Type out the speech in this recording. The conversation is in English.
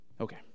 Okay